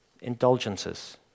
indulgences